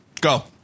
Go